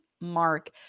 mark